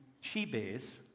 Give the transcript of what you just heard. she-bears